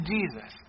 Jesus